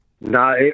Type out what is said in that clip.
No